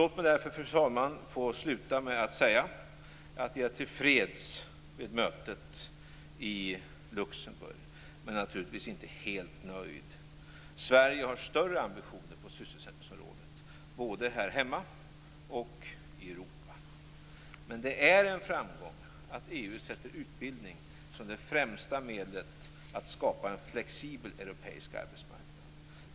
Låt mig därför, fru talman, få avsluta anförandet med att säga att jag är till freds med mötet i Luxemburg, men naturligtvis inte helt nöjd. Sverige har större ambitioner på sysselsättningsområdet - både här hemma och i Europa. Men det är en framgång att EU sätter utbildning som det främsta medlet för att skapa en flexibel europeisk arbetsmarknad.